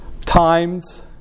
times